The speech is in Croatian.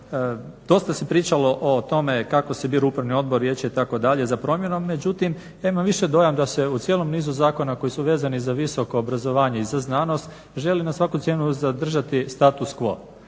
dosta se pričalo o tome kako se bira Upravni odbor, Vijeće itd. za promjenom. Međutim, ja imam više dojam da se u cijelom nizu zakona koji su vezani za visoko obrazovanje i za znanost želi na svaku cijenu zadržati status quo,